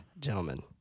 gentlemen